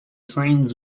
signs